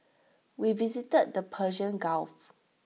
we visited the Persian gulf